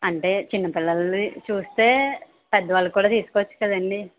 అంటే చిన్నపిల్లలివి చూస్తే పెద్దవాళ్ళకి కూడా తీసుకోవచ్చు కదండీ